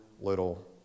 little